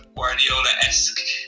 Guardiola-esque